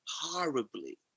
horribly